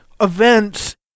events